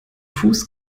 fuß